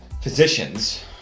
physicians